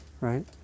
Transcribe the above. right